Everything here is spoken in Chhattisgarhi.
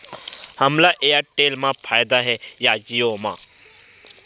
हमला एयरटेल मा फ़ायदा हे या जिओ मा?